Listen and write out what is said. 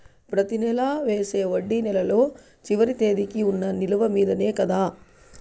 ప్రతి నెల వేసే వడ్డీ నెలలో చివరి తేదీకి వున్న నిలువ మీదనే కదా?